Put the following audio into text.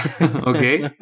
okay